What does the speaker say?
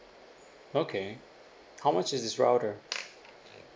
okay how much is this router